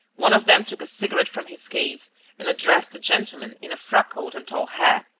one of them took a cigarette from his case and addressed a gentleman in a frock-coat and tall hat.